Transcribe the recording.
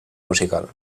musical